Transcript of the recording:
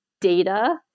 data